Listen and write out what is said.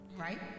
right